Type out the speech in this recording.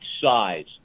size